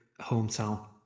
Hometown